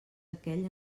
aquell